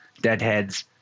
deadheads